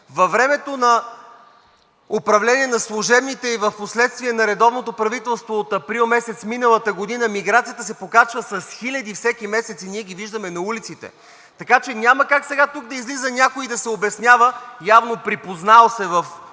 Във времето на управление на служебните и впоследствие на редовното правителство от април месец миналата година миграцията се покачва с хиляди всеки месец. Ние ги виждаме на улиците. Така че няма как сега тук да излиза някой и да се обяснява, явно припознал се в